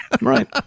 Right